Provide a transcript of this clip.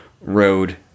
road